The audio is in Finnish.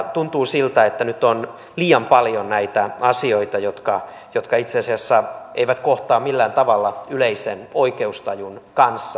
tuntuu siltä että nyt on liian paljon näitä asioita jotka itse asiassa eivät kohtaa millään tavalla yleisen oikeustajun kanssa